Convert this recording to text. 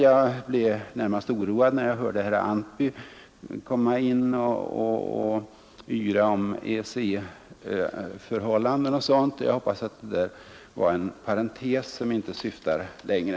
Jag blev oroad när jag hörde herr Antby komma in och yra om EEC-förhållanden och sådant, men jag hoppas att det var en parentes som inte syftar längre.